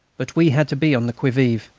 but we had to be on the qui vive.